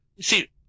See